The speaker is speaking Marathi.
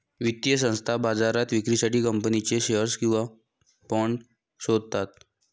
वित्तीय संस्था बाजारात विक्रीसाठी कंपनीचे शेअर्स किंवा बाँड शोधतात